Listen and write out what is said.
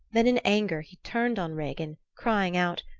then in anger he turned on regin, crying out,